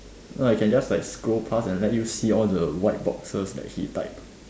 no ah you can just like scroll past and let you see all the white boxes that he type